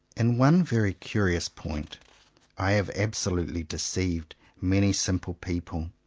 in one very curious point i have abso lutely deceived many simple people.